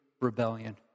rebellion